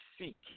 seek